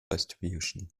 distribution